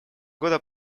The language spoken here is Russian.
года